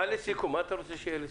לסיכום, מה אתה רוצה שיהיה?